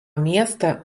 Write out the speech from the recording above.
miestą